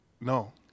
No